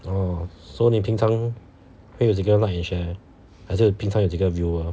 oh so 你平常会有几个 like and share 还是平常有几个 viewer